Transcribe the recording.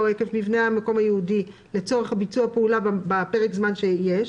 עקב מבנה המקום הייעודי לצורך ביצוע פעולה בפרק הזמן שיש.